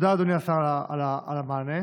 אדוני השר, תודה על המענה.